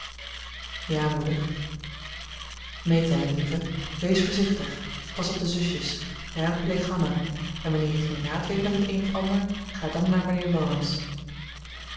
ja moeder meta lieve wees voorzichtig pas op de zusjes raadpleeg hanna en wanneer je geen raad weet met het een of ander ga dan naar mijnheer laurence